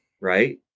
right